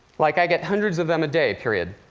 like, i get hundreds of them a day period.